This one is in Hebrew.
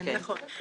נכון.